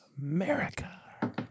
America